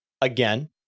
again